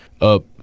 up